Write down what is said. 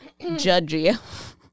Judgy